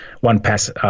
one-pass